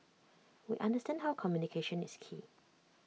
we understand how communication is key